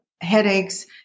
headaches